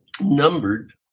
numbered